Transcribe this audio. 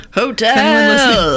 hotel